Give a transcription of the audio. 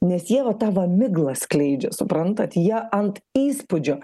nes jie va tą va miglą skleidžia suprantat jie ant įspūdžio